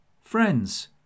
Friends